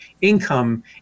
income